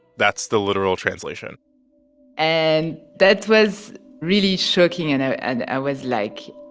that's the literal translation and that was really shocking, and ah and i was, like,